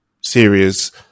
series